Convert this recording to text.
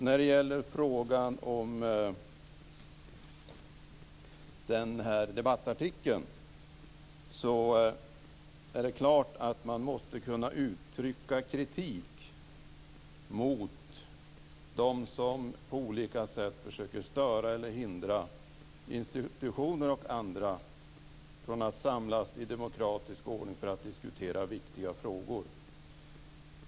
När det gäller debattartikeln är det klart att man måste kunna uttrycka kritik mot dem som på olika sätt försöker störa eller hindra institutioner och andra från att samlas i demokratisk ordning för att diskutera viktiga frågor.